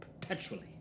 perpetually